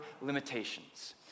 limitations